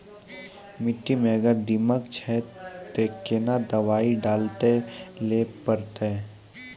मिट्टी मे अगर दीमक छै ते कोंन दवाई डाले ले परतय?